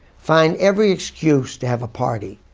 find every excuse to have a party.